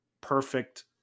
perfect